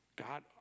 God